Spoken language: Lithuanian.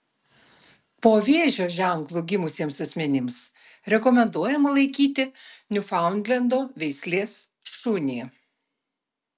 po vėžio ženklu gimusiems asmenims rekomenduojama laikyti niufaundlendo veislės šunį